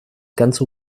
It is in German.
ganze